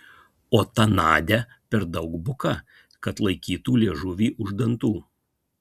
o ta nadia per daug buka kad laikytų liežuvį už dantų